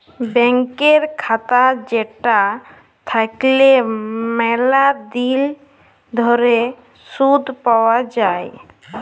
ব্যাংকের খাতা যেটা থাকল্যে ম্যালা দিল ধরে শুধ পাওয়া যায়